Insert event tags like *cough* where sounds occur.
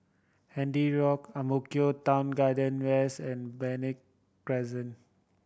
Handy Road Ang Mo Kio Town Garden West and *unintelligible* Crescent